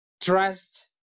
Trust